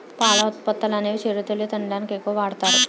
పాల ఉత్పత్తులనేవి చిరుతిళ్లు తినడానికి ఎక్కువ వాడుతారు